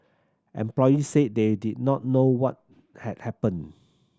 employees said they did not know what had happened